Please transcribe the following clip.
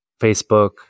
facebook